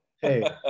Hey